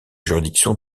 juridiction